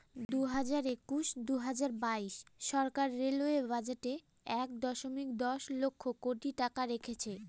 দুই হাজার একুশ দুই হাজার বাইশ সরকার রেলওয়ে বাজেটে এক দশমিক দশ লক্ষ কোটি টাকা রেখেছে